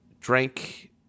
drank